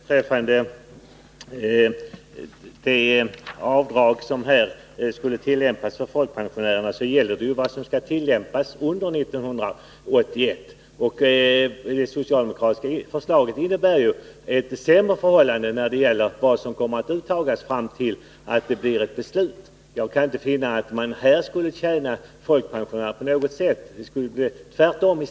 Herr talman! Vad vi här diskuterar är ju vilket avdrag som skall tillämpas för folkpensionärerna under 1981. Det socialdemokratiska förslaget innebär att man kommer att ta ut mera av folkpensionärerna fram till ett beslut. Jag kaninte förstå att det på något sätt skulle gagna folkpensionärerna. Tvärtom.